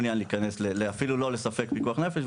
לא מעוניין להיכנס אפילו לא לספק פיקוח נפש,